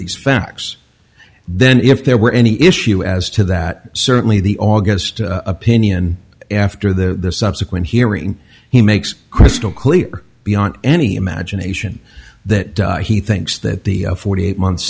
these facts then if there were any issue as to that certainly the august opinion after the subsequent hearing he makes crystal clear beyond any imagination that he thinks that the forty eight month